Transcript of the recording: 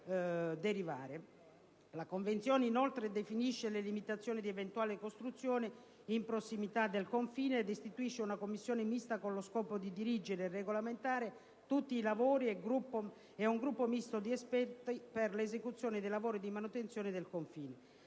La Convenzione definisce, inoltre, le limitazioni di eventuali costruzioni in prossimità del confine ed istituisce una Commissione mista con lo scopo di dirigere e regolamentare tutti i lavori e un gruppo misto di esperti per l'esecuzione dei lavori di manutenzione del confine.